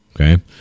Okay